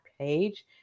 page